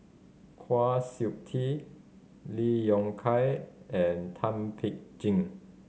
Kwa Siew Tee Lee Yong Kiat and Thum Ping Tjin